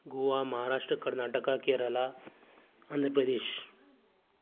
Goa Maharashtra Karnataka Kerala Andhra Pradesh